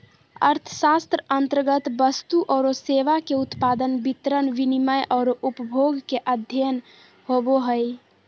अर्थशास्त्र अन्तर्गत वस्तु औरो सेवा के उत्पादन, वितरण, विनिमय औरो उपभोग के अध्ययन होवो हइ